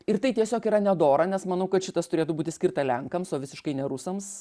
ir tai tiesiog yra nedora nes manau kad šitas turėtų būti skirta lenkams o visiškai ne rusams